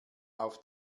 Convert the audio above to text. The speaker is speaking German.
auf